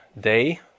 day